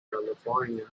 california